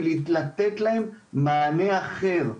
ולתת להם מענה אחר.